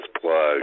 plug